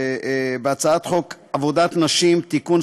הצעת חוק עבודת נשים (תיקון,